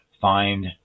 find